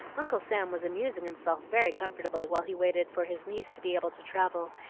uncle sam was amusing himself very comfortably while he waited for his niece to be able to travel,